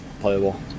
playable